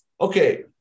Okay